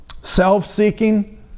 Self-seeking